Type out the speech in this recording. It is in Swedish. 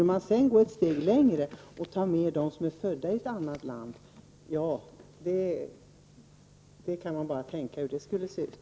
Om man sedan skulle gå ett steg längre och räkna med dem som är födda i ett annat land, kan man tänka sig hur det skulle se ut.